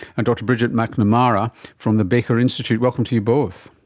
and dr bridgette mcnamara from the baker institute. welcome to you both.